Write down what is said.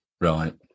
Right